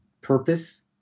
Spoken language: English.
purpose